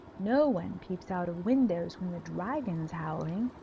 no one peeps out of windows when the dragon's howling.